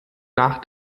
nach